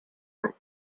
group